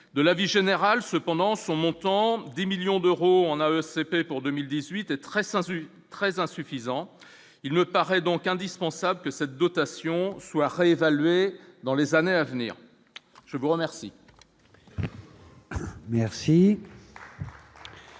de l'avis général, cependant, son montant, 10 millions d'euros en AEC paient pour 2018 et très sensu très insuffisant, il me paraît donc indispensable que cette dotation soit réévaluée dans les années à venir, je vous remercie.